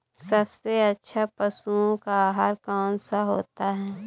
सबसे अच्छा पशुओं का आहार कौन सा होता है?